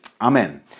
amen